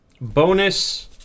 Bonus